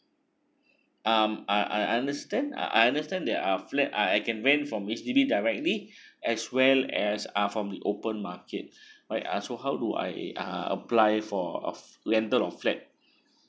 um I I understand I understand there are flat I I can rent from H_D_B directly as well as uh from the open market right uh so how do I uh apply for of rental a flat